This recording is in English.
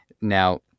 Now